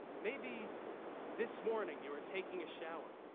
maybe this morning you were taking a shower,